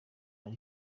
ari